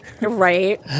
Right